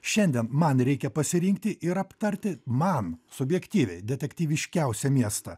šiandien man reikia pasirinkti ir aptarti man subjektyviai detektyviškiausią miestą